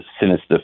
sinister